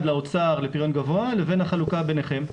לאוצר לפריון גבוה לבין החלוקה ביניכם?